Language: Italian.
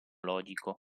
logico